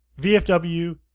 VFW